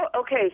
okay